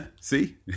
see